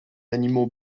animaux